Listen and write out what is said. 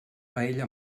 paella